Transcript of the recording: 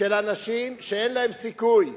של אנשים שאין להם סיכוי.